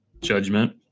judgment